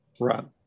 Right